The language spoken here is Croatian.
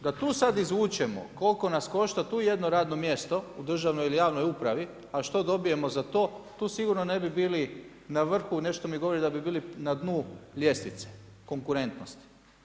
Da tu sad izvučemo koliko nas košta tu jedno radno mjesto u državnoj ili javnoj upravi a što dobijemo za to tu sigurno ne bi bili na vrhu, nešto mi govori da bi bili na dnu ljestvice, konkurentnosti.